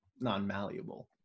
non-malleable